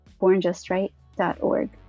bornjustright.org